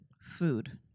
Food